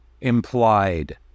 implied